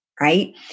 right